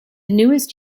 newest